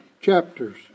chapters